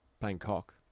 Bangkok